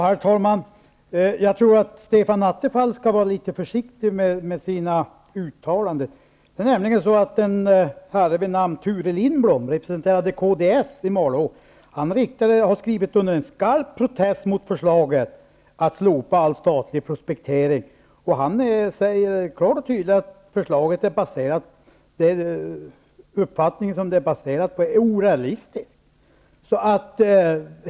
Herr talman! Jag tror att Stefan Attefall skall vara litet försiktig med sina uttalanden. En herre vid namn Thure Lindblom som representerar kds i Malå har skrivit under en skarp protest mot förslaget att slopa all statlig prospektering. Han säger klart och tydligt att den uppfattning som förslaget är baserad på är orealistisk.